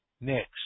Next